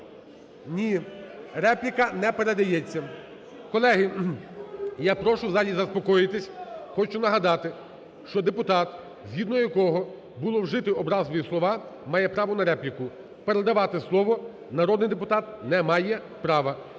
Ні, репліка не передається. Колеги, я прошу в залі заспокоїтись. Хочу нагадати, що депутат, згідно якого було вжиті образливі слова, має право на репліку. Передавати слово народний депутат не має права.